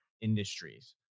industries